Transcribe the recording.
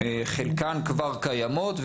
חלקן כבר קיימות,